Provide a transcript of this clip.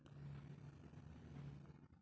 Store చేయడం వల్ల లాభాలు ఏంటి?